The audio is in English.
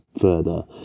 further